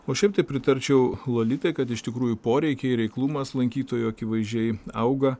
o šiaip tai pritarčiau lolitai kad iš tikrųjų poreikiai reiklumas lankytojų akivaizdžiai auga